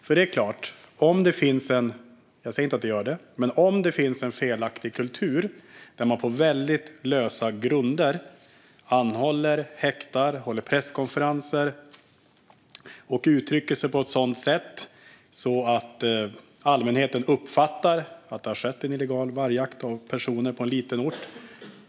Jag säger inte att det är så, men det kan finnas en felaktig kultur där man på väldigt lösa grunder anhåller, häktar, håller presskonferenser och uttrycker sig på ett sådant sätt att allmänheten uppfattar att det har skett en illegal vargjakt av personer på en liten ort.